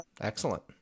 Excellent